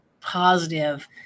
positive